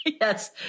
Yes